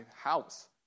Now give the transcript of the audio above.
house